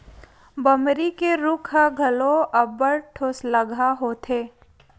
बमरी के रूख ह घलो अब्बड़ ठोसलगहा होथे